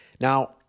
now